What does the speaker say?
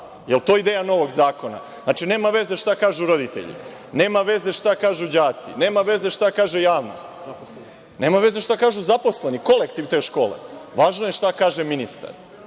li je to ideja novog zakona? Znači, nema veze šta kažu roditelji, nema veze šta kažu đaci, nema veze šta kaže javnost, nema veze šta kažu zaposleni, kolektiv te škole, važno je šta kaže ministar.